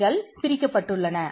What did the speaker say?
இவைகள் பிரிக்கப்பட்டுள்ளன